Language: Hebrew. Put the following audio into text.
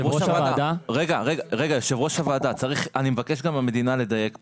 אני מבקש גם מהמדינה לדייק פה,